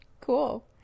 Cool